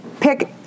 pick